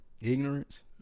ignorance